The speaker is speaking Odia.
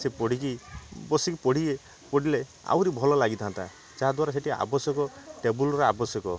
ସେ ପଢ଼ିକି ବସିକି ପଢ଼ିବେ ପଢ଼ିଲେ ଆହୁରି ଭଲ ଲାଗିଥାନ୍ତା ଯାହାଦ୍ଵାରା ସେଠି ଆବଶ୍ୟକ ଟେବୁଲ୍ର ଆବଶ୍ୟକ